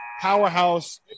powerhouse